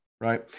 right